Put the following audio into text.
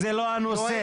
זה לא הנושא.